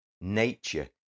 Nature